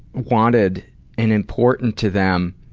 wanted and important to them,